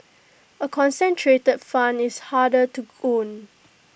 A concentrated fund is harder to own